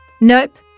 Nope